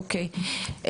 אוקי,